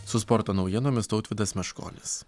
su sporto naujienomis tautvydas meškonis